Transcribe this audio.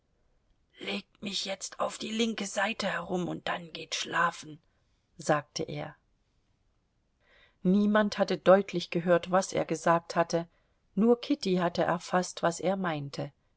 legt mich jetzt auf die linke seite herum und dann geht schlafen sagte er niemand hatte deutlich gehört was er gesagt hatte nur kitty hatte erfaßt was er meinte